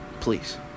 Please